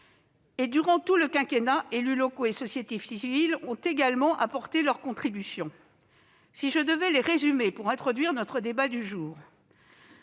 durant tout le quinquennat, élus locaux et société civile ont également apporté leur contribution. Si je devais résumer ces propositions pour introduire notre débat, je